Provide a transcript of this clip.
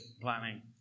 planning